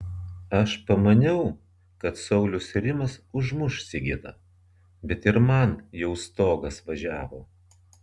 aš pamaniau kad saulius ir rimas užmuš sigitą bet ir man jau stogas važiavo